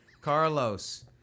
Carlos